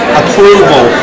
approval